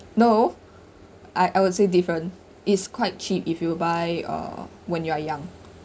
no I I would say different is quite cheap if you buy uh when you are young